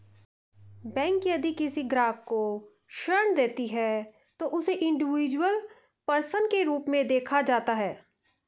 bank यदि किसी ग्राहक को ऋण देती है तो उसे इंडिविजुअल पर्सन के रूप में देखा जाता है